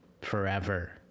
forever